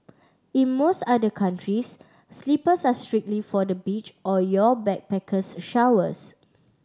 in most other countries slippers are strictly for the beach or your backpackers showers